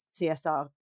CSR